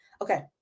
okay